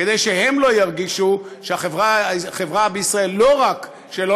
כדי שהם לא ירגישו שהחברה בישראל לא רק שלא